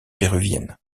péruvienne